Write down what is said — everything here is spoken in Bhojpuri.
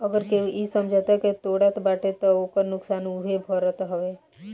अगर केहू इ समझौता के तोड़त बाटे तअ ओकर नुकसान उहे भरत हवे